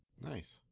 Nice